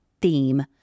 theme